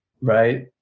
right